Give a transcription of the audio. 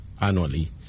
annually